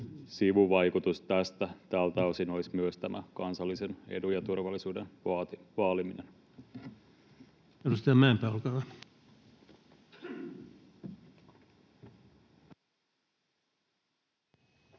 sivuvaikutus tästä tältä osin olisi myös tämä kansallisen edun ja turvallisuuden vaaliminen. Edustaja Mäenpää, olkaa hyvä. Arvoisa